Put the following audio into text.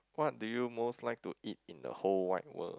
what do you most like to eat in the whole wide world